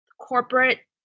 Corporate